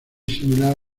similar